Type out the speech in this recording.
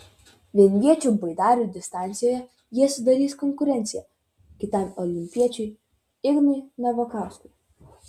vienviečių baidarių distancijoje jie sudarys konkurenciją kitam olimpiečiui ignui navakauskui